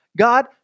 God